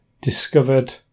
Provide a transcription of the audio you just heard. discovered